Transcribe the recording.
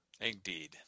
indeed